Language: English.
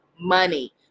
money